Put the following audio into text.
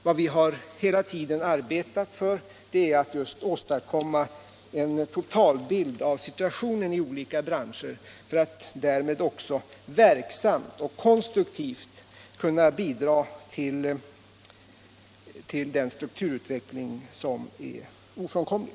Vad vi hela tiden har arbetat för är att just åstadkomma en totalbild av situationen i olika branscher för att därmed också verksamt och konstruktivt kunna bidra till den strukturutveckling som är ofrånkomlig.